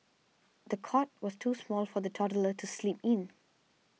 the cot was too small for the toddler to sleep in